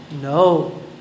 No